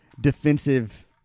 defensive